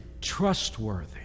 trustworthy